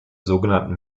sogenannten